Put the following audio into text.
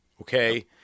okay